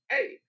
Hey